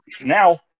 now